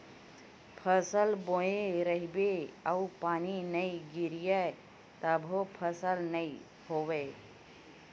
फसल बोए रहिबे अउ पानी नइ गिरिय तभो फसल नइ होवय